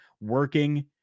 working